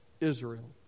Israel